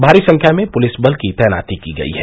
भारी संख्या में पुलिस बल की तैनाती की गयी है